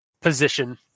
position